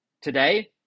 Today